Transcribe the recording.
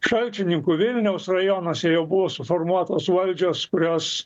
šalčininkų vilniaus rajonuose jau buvo suformuotos valdžios kurios